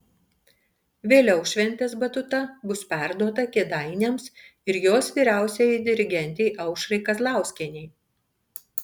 vėliau šventės batuta bus perduota kėdainiams ir jos vyriausiajai dirigentei aušrai kazlauskienei